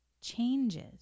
changes